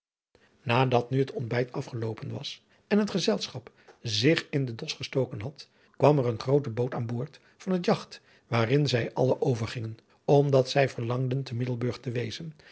nadat nu het ontbijt afgeloopen was en het gezelschap zich in den dos gestoken had kwam er eene groote boot aan boord van het jagt waarin zij alle overgingen omdat zij verlangden te middelburg te wezen